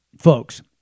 folks